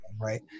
Right